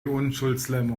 unschuldslämmer